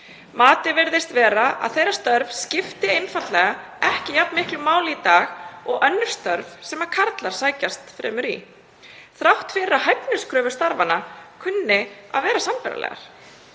Matið virðist vera að þeirra störf skipti einfaldlega ekki jafn miklu máli í dag og önnur störf sem karlar sækjast fremur í þrátt fyrir að hæfniskröfur starfanna kunni að vera sambærilegar.